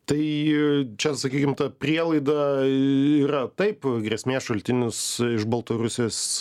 tai čia sakykim ta prielaida yra taip grėsmės šaltinis iš baltarusijos